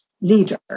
leader